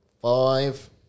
five